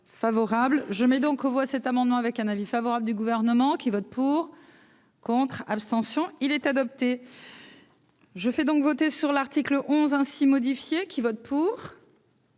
favorable je mets donc aux voix cet amendement avec un avis favorable du gouvernement qui votent pour, contre, abstention il est adopté. Je fais donc voter sur l'article 11 ainsi modifié qui vote pour.